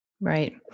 Right